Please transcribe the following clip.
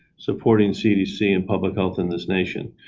supporting cdc and public health in this nation.